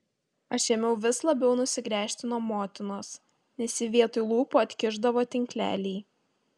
aš ėmiau vis labiau nusigręžti nuo motinos nes ji vietoj lūpų atkišdavo tinklelį